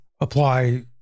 apply